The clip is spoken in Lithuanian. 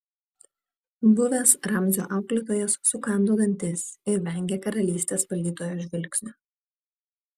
buvęs ramzio auklėtojas sukando dantis ir vengė karalystės valdytojo žvilgsnio